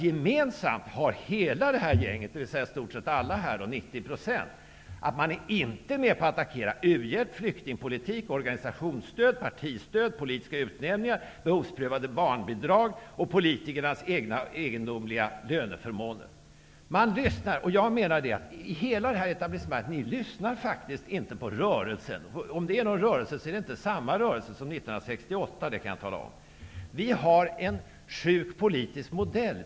Gemensamt har hela det här gänget, i stort sett alla, 90 %, sagt att man inte är med på att attackera u-hjälp, flyktingpolitik, organisationsstöd, partistöd, politiska utnämningar, behovsprövade barnbidrag och politikernas egna egendomliga löneförmåner. Jag menar att hela det här etablissemanget faktiskt inte lyssnar på rörelsen. Om det är fråga om någon rörelse, så är det inte samma rörelse som 1968. Det kan jag tala om. Vi har en sjuk politisk modell.